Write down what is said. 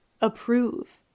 approve